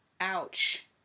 Ouch